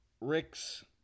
Rick's